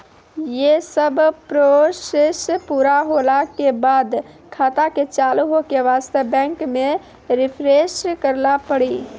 यी सब प्रोसेस पुरा होला के बाद खाता के चालू हो के वास्ते बैंक मे रिफ्रेश करैला पड़ी?